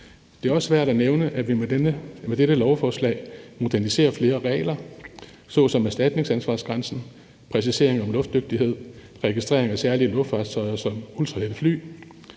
Det er også værd at nævne, at vi med dette lovforslag moderniserer flere regler såsom erstatningsansvarsgrænsen, præcisering af luftdygtighed og registrering af særlige luftfartøjer som ultralette fly.